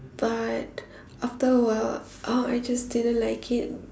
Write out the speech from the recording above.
but after a while I just didn't like it